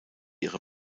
ihre